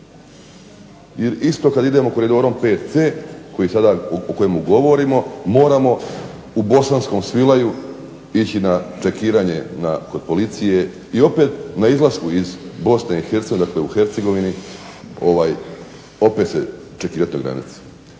Ili isto kada idemo Koridorom VC o kojem govorimo moramo u Bosanskom Svilaju ići na čekiranje kod policije i opet na izlasku iz BiH dakle u Hercegovini opet se čekirati na granici.